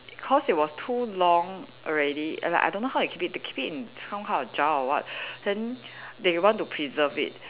cause it was too long already and like I don't know how they keep it they keep it in some kind of jar or what then they want to preserve it